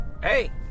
hey